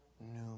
new